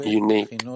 unique